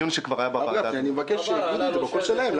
אני מבקש שיגידו את ההסכם בקול שלהם.